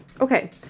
okay